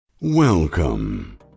Welcome